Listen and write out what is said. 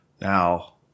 Now